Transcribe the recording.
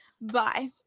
Bye